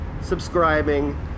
subscribing